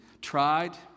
tried